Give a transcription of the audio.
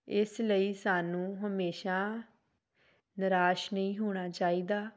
ਇਸ ਲਈ ਸਾਨੂੰ ਹਮੇਸ਼ਾਂ ਨਿਰਾਸ਼ ਨਹੀਂ ਹੋਣਾ ਚਾਹੀਦਾ